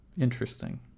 interesting